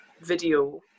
video